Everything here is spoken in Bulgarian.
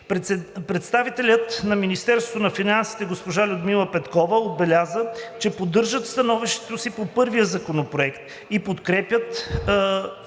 Представителят на Министерството на финансите госпожа Людмила Петкова отбеляза, че поддържат становището си по първия законопроект и подкрепят